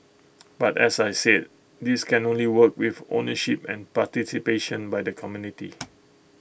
but as I said this can only work with ownership and participation by the community